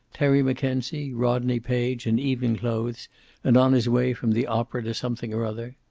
terry mackenzie, rodney page, in evening clothes and on his way from the opera to something or other.